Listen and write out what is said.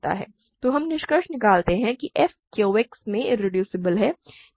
तो हम निष्कर्ष निकालते हैं कि f QX में इरेड्यूसिबल है